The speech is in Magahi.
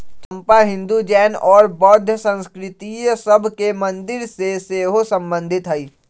चंपा हिंदू, जैन और बौद्ध संस्कृतिय सभ के मंदिर से सेहो सम्बन्धित हइ